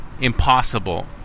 impossible